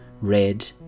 red